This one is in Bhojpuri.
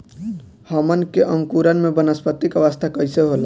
हमन के अंकुरण में वानस्पतिक अवस्था कइसे होला?